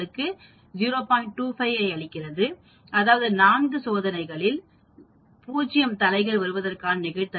25 ஐ அளிக்கிறது அதாவது 4 சோதனைகளில் 0 தலைகள்வருவதற்கான நிகழ்தகவுகள் 6